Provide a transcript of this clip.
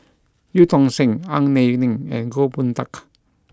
Eu Tong Sen Ang Wei Neng and Goh Boon Teck